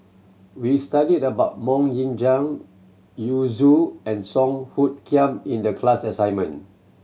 we studied about Mok Ying Jang Yu Zhuye and Song Hoot Kiam in the class assignment